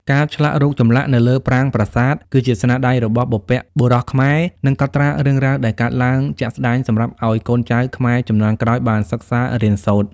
ការឆ្លាក់រូបចម្លាក់នៅលើប្រាង្គប្រាសាទគឺជាស្នាដៃរបស់បុព្វបុរសខ្មែរនិងកត់ត្រារឿងរ៉ាវដែលកើតឡើងជាក់ស្តែងសម្រាប់ឲ្យកូនចៅខ្មែរជំនាន់ក្រោយបានសិក្សារៀនសូត្រ។